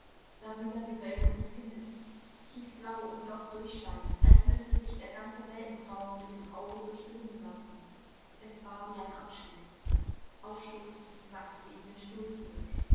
darüber die wölbung des himmels tiefblau und doch durchscheinend als müsse sich der ganze weltenraum mit dem auge durchdringen lassen es war wie ein abschied aufschluchzend sank sie in den stuhl zurück